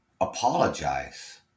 apologize